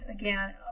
again